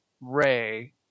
Ray